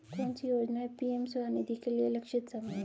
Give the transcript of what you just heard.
कौन सी योजना पी.एम स्वानिधि के लिए लक्षित समूह है?